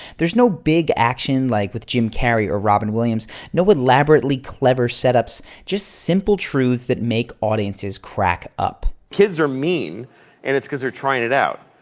there's no big action like with jim carrey or robin williams no elaborately clever setups just simple truths that make audiences crack up. kids are mean and it's because they're trying it out.